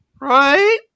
Right